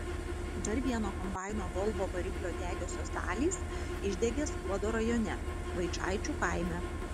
dar vieno kombaino volvo variklio degiosios dalys išdegė skuodo rajone vaičaičių kaime